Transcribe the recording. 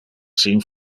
sin